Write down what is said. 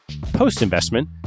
Post-investment